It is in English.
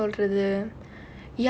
err என்ன சொல்றது:enna solrathu